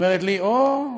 אומרת לי: או,